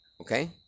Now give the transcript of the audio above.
Okay